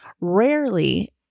Rarely